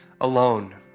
alone